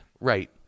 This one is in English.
Right